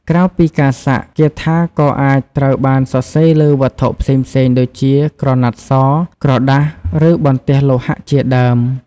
ក្រៅពីការសាក់ គាថាក៏អាចត្រូវបានសរសេរលើវត្ថុផ្សេងៗដូចជាក្រណាត់ស ក្រដាស ឬបន្ទះលោហៈជាដើម។